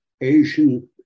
Asian